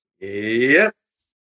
Yes